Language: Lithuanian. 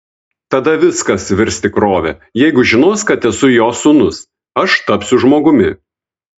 tada viskas virs tikrove jeigu žinos kad esu jo sūnus aš tapsiu žmogumi